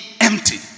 empty